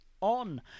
on